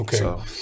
Okay